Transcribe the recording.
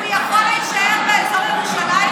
הוא יכול להישאר באזור ירושלים?